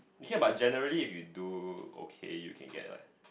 ya but generally if you do okay you can get like